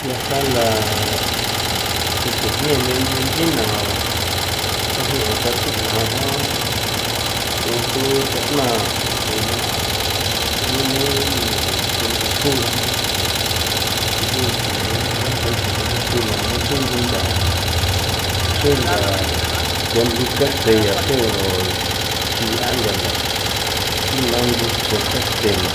Ya sala te chujni ni nchochi naa guajiꞌa tatsina jan tsinto tajna ujina na la mino no xrunda xro ra na ndee thi ji chulo xru bang'e chu lo neto la nixin ngo ntha xe ntha ntha nikatse yaa xero chiya ntha la tuna ngo tsjo katse la